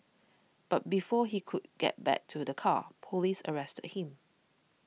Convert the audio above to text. but before he could get back to the car police arrested him